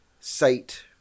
site